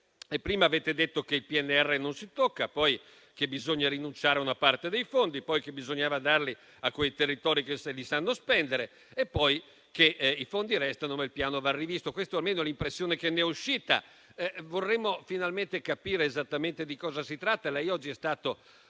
prima avete detto che il PNRR non si toccava; poi che bisognava rinunciare a una parte dei fondi; poi che bisognava darli ai territori che li sanno spendere; poi che i fondi restavano ma il Piano andava rivisto. Questa, almeno, è l'impressione che se ne è avuta. Pertanto, vorremmo finalmente capire esattamente di cosa si tratta. Lei oggi è stato